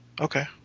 Okay